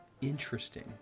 Interesting